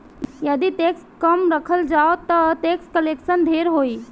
यदि टैक्स कम राखल जाओ ता टैक्स कलेक्शन ढेर होई